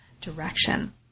direction